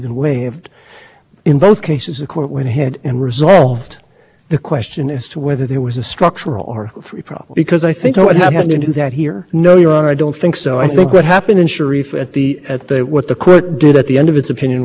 are getting at is something quite different they're getting at the situation where if you honored consent and forfeiture the supreme court would never be able to resolve the question that is not the case here is a very different context coming up in the criminal context where the isn't there is a